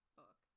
book